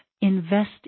Invest